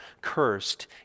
cursed